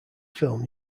film